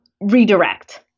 redirect